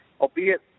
albeit